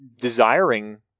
desiring